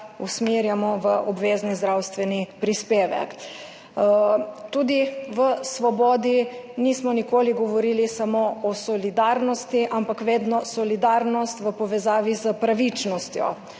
usmerjamo v obvezni zdravstveni prispevek. Tudi v Svobodi nismo nikoli govorili samo o solidarnosti, ampak vedno o solidarnosti v povezavi s pravičnostjo